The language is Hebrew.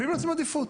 לפעמים נותנים עדיפות.